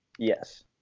yes